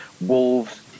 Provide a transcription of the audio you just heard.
Wolves